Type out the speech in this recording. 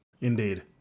Indeed